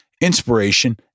inspiration